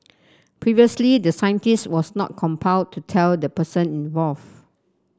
previously the scientist was not compelled to tell the person involve